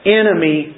enemy